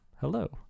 Hello